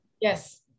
Yes